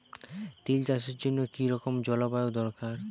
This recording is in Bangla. তিল চাষের জন্য কি রকম জলবায়ু দরকার?